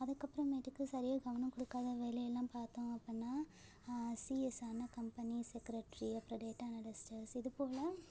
அதுக்கப்புறமேட்டுக்கு சரியாக கவனம் கொடுக்காத வேலையெல்லாம் பார்த்தோம் அப்புடின்னா சிஎஸ் ஆன கம்பெனி செக்ரட்ரி அப்புறம் டேட்டா அனாலிஸ்டர்ஸ் இதுப்போல்